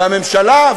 והממשלה,